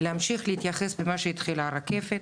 להמשיך להתייחס למה שהתחילה רקפת.